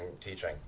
teaching